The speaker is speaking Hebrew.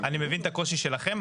אני מבין את הקושי שלכם.